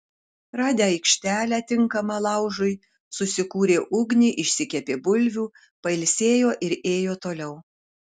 radę aikštelę tinkamą laužui susikūrė ugnį išsikepė bulvių pailsėjo ir ėjo toliau